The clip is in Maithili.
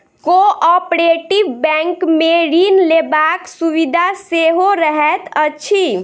कोऔपरेटिभ बैंकमे ऋण लेबाक सुविधा सेहो रहैत अछि